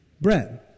bread